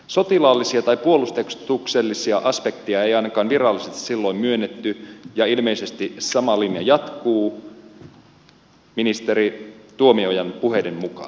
sotilaallisia tai puolustuksellisia aspekteja ei ainakaan virallisesti silloin myönnetty ja ilmeisesti sama linja jatkuu ministeri tuomiojan puheiden mukaan